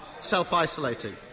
self-isolating